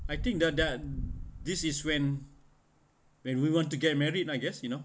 I think that that this is when when we want to get married I guess you know